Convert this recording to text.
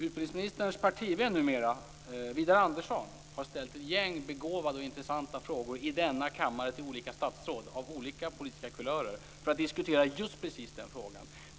Utbildningsministerns partivän numera, Widar Andersson, har ställt många begåvade och intressanta frågor i denna kammare till olika statsråd av olika politiska kulörer för att diskutera just precis den frågan.